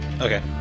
Okay